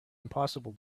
impossible